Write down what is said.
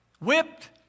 whipped